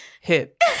hit